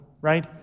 right